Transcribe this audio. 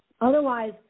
Otherwise